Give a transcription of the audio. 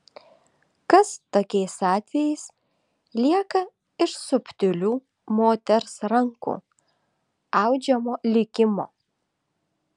kas tokiais atvejais lieka iš subtilių moters rankų audžiamo likimo